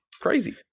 crazy